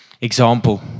example